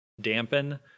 dampen